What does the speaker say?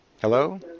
Hello